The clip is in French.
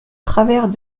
travers